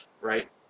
right